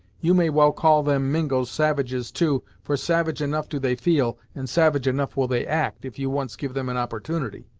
you may well call them mingos, savages too, for savage enough do they feel, and savage enough will they act, if you once give them an opportunity.